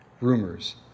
rumors